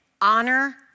honor